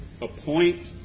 Appoint